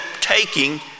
taking